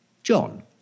John